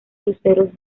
luceros